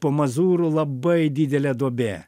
po mazūro labai didelė duobė